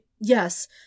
yes